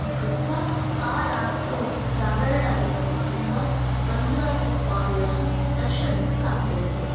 कृत्वा आरात्रौ जागरणादिकं कृत्वा मञ्जुनाथस्वामिनः दर्शनं प्राप्नुवन्ति